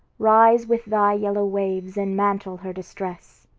rise with thy yellow waves, and mantle her distress.